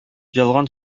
ялган